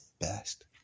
best